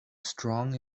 strong